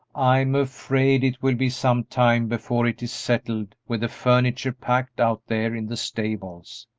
i'm afraid it will be some time before it is settled with the furniture packed out there in the stables.